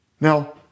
Now